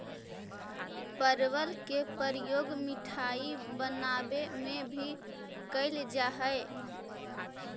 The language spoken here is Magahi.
परवल के प्रयोग मिठाई बनावे में भी कैल जा हइ